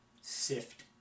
sift